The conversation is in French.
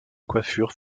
coiffure